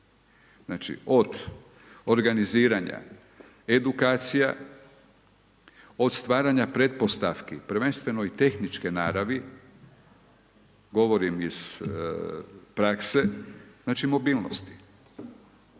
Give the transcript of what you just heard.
Znači od organiziranja edukacija, od stvaranja pretpostavki, prvenstveno i tehničke naravi, govorim iz prakse, znači mobilnosti,